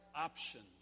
options